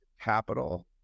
capital